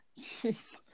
Jeez